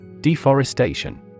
Deforestation